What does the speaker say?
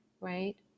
Right